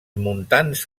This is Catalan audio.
muntants